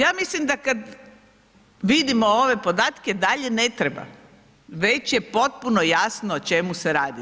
Ja mislim da kada vidimo ove podatke, dalje ne treba, već je potpuno jasno o čemu se radi.